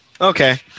Okay